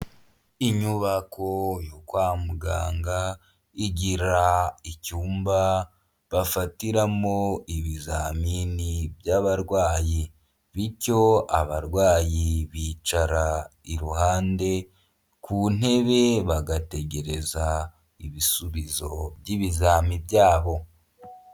Inyubako yo kwa muganga igira icyumba bafatiramo ibizamini by'abarwayi bityo abarwayi bicara iruhande ku ntebe bagategereza ibisubizo by'ibizami byabo.